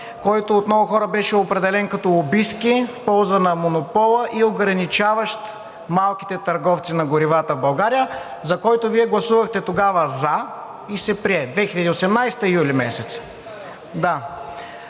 който от много хора беше определен като лобистки в полза на монопола и ограничаващ малките търговци на горивата в България, за който Вие гласувахте тогава за и се прие – 2018 г., месец